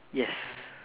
yes